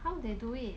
how they do it